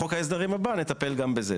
בחוק ההסדרים הבא נטפל גם בזה'.